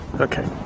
Okay